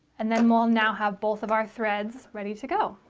and then we'll now have both of our threads ready to go.